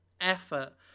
effort